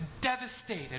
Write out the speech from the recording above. devastated